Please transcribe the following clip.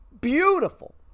beautiful